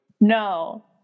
No